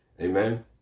Amen